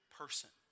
person